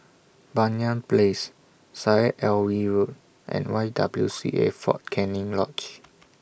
Banyan Place Syed Alwi Road and Y W C A Fort Canning Lodge